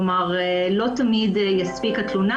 כלומר, לא תמיד תספיק התלונה.